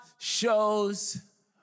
shows